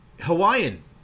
Hawaiian